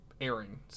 airing